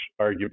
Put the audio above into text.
arguably